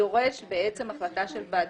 דורש בעצם החלטה של ועדה.